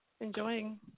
enjoying